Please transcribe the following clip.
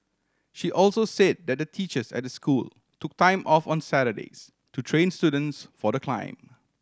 she also say that the teachers at the school took time off on Saturdays to train students for the climb